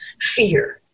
fear